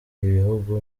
ibihugu